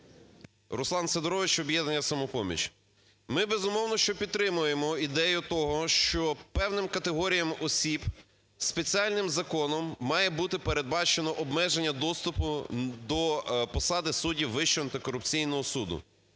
Руслан Сидорович, "Об'єднання "Самопоміч". Ми, безумовно що, підтримуємо ідею того, що певним категоріям осіб спеціальним законом має бути передбачено обмеження доступу до посади суддів Вищого антикорупційного суду.